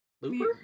Looper